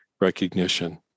recognition